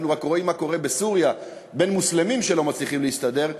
אנחנו רק רואים מה קורה בסוריה בין מוסלמים שלא מצליחים להסתדר.